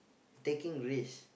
taking risks